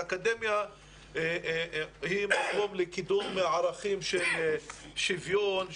האקדמיה היא מקום לקידום ערכים של שוויון,